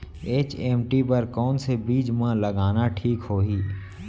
HMT बर कौन से बीज मा लगाना ठीक होही?